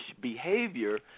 behavior